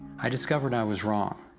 i discovered i was wrong.